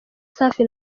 safi